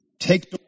take